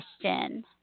question